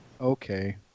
Okay